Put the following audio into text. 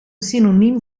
synoniem